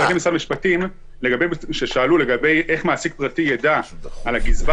-- משרד המשפטים כששאלו איך מעסיק פרטי יידע על הגזבר